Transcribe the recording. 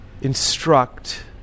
instruct